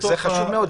זה חשוב מאוד.